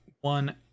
one